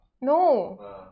No